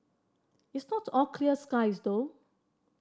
it's not all clear skies though